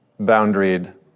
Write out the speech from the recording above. boundaried